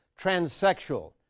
transsexual